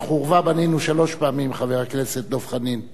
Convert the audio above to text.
את "החורבה" בנינו שלוש פעמים, חבר הכנסת דב חנין,